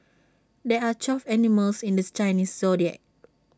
there are twelve animals in this Chinese Zodiac